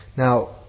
Now